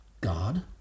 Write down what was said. God